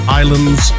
islands